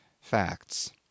facts